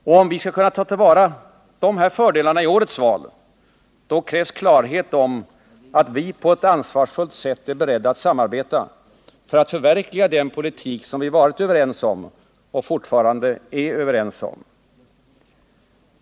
Men om vi skall kunna ta till vara dessa fördelar i årets val, då krävs det klarhet om att vi också på ett ansvarsfullt sätt är beredda att samarbeta för att förverkliga den politik vi varit överens om och fortfarande är överens om.